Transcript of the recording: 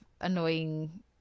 annoying